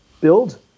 build